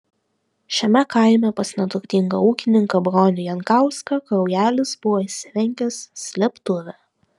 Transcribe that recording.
šiame kaime pas neturtingą ūkininką bronių jankauską kraujelis buvo įsirengęs slėptuvę